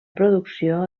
producció